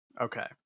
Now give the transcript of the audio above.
Okay